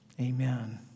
Amen